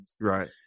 Right